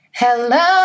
Hello